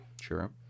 Sure